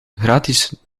gratis